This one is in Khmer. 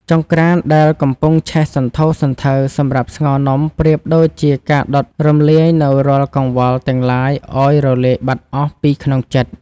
ចង្ក្រានដែលកំពុងឆេះសន្ធោសន្ធៅសម្រាប់ស្ងោរនំប្រៀបដូចជាការដុតរំលាយនូវរាល់កង្វល់ទាំងឡាយឱ្យរលាយបាត់អស់ពីក្នុងចិត្ត។